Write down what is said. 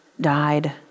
died